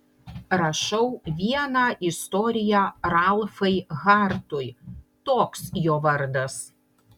rašau vieną istoriją ralfai hartui toks jo vardas